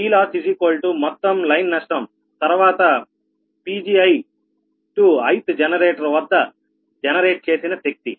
PLoss మొత్తం line నష్టం తర్వాత Pgi ith జనరేటర్ వద్ద జనరేట్ చేసిన శక్తి